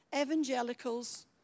evangelicals